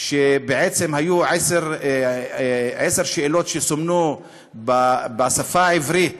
שבעצם היו עשר שאלות שסומנו בשפה העברית